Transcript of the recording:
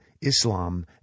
Islam